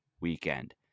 weekend